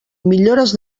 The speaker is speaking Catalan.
millores